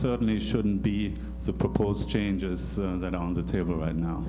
certainly shouldn't be supposed changes that on the table right now